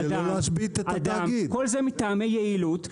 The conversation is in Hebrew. כל זה מטעמי יעילות,